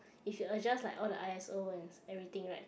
if you adjust like all the i_o_s and everything right